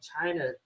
China